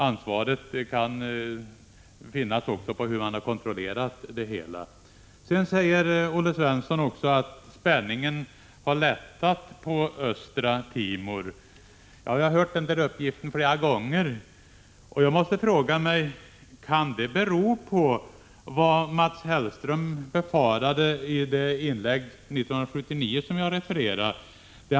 Ansvaret kan gälla också hur man har kontrollerat det hela. Olle Svensson sade vidare att spänningen har lättat i Östra Timor. Ja, vi har hört den uppgiften flera gånger. Jag måste fråga mig: Kan det bero på det som Mats Hellström uttryckte farhågor om i det inlägg från 1979 som jag refererade?